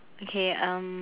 okay um